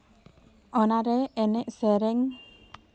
ᱚᱱᱟᱨᱮ ᱮᱱᱮᱡ ᱥᱮᱨᱮᱧ